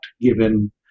given